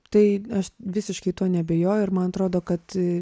tai aš visiškai tuo neabejoju ir man atrodo kad